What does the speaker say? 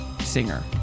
singer